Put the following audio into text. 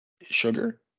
sugar